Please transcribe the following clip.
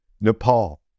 Nepal